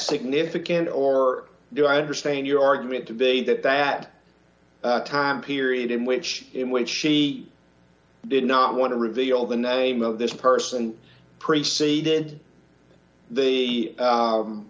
significant or do i understand your argument to be that that time period in which in which she did not want to reveal the name of this person preceded the